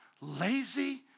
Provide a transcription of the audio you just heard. lazy